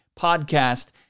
podcast